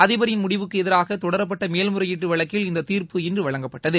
அதிபரின் முடிவுக்கு எதிராக தொடரப்பட்ட மேல்முறையீட்டு வழக்கில் இந்த தீர்ப்பு இன்று வழங்கப்பட்டது